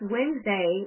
Wednesday